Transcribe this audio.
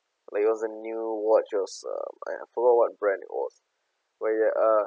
like it was a new watches lah I forgot what brand it was wait uh